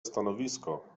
stanowisko